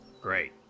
Great